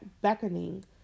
beckoning